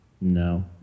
No